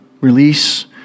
release